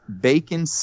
bacon